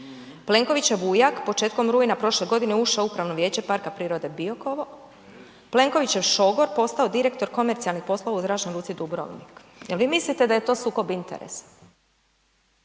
Plenkovićev ujak, početkom rujna prošle godine ušao u Upravno vijeće Parka prirode Biokovo. Plenkovićev šogor postao direktor komercijalnih poslova u Zračnoj luci Dubrovnik. Je li vi mislite da je to sukob interesa?